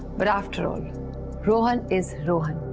but after all, rohan is rohan.